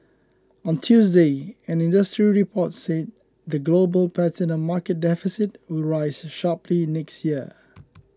on Tuesday an industry report said the global platinum market deficit will rise sharply next year